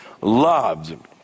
loved